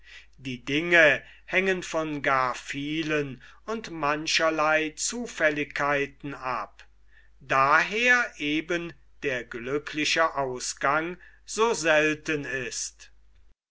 die dinge hängen von gar vielen und mancherlei zufälligkeiten ab daher eben der glückliche ausgang so selten ist